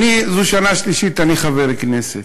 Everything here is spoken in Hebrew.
זאת השנה השלישית שאני חבר כנסת.